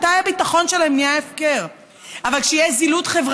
מתי הביטחון שלהם נהיה הפקר?